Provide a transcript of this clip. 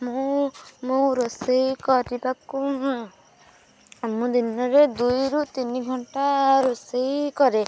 ମୁଁ ମୁଁ ରୋଷେଇ କରିବାକୁ ମୁଁ ଦିନରେ ଦୁଇରୁ ତିନି ଘଣ୍ଟା ରୋଷେଇ କରେ